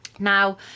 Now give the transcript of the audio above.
Now